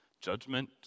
judgment